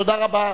תודה רבה.